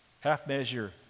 Half-measure